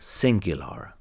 singular